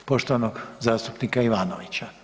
Poštovanog zastupnika Ivanovića.